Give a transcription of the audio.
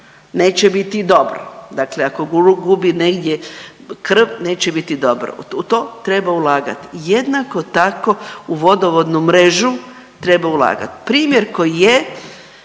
neće biti dobro, dakle ako gubi negdje krv neće biti dobro u to treba ulagat. Jednako tako u vodovodnu mrežu treba ulagat. Primjer koji je